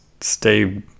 stay